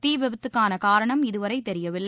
தீவிபத்துக்கான காரணம் இதுவரை தெரியவில்லை